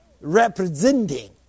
representing